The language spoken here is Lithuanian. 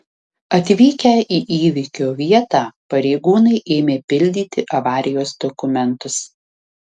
atvykę į įvykio vietą pareigūnai ėmė pildyti avarijos dokumentus